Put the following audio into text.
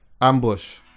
Ambush